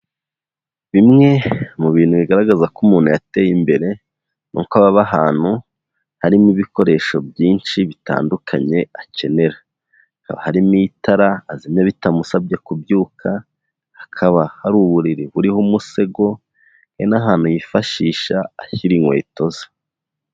Bimwe mu bintu bigaragaza ko umuntu yateye imbere ni uko aba aba ahantu harimo ibikoresho byinshi bitandukanye akenera, haba harimo itara azimya bitamusabye kubyuka, hakaba hari uburiri buriho umusego, hari n'ahantu yifashisha ashyira inkweto ze.